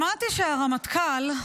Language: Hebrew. שמעתי שהרמטכ"ל,